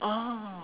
oh